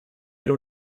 era